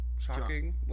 shocking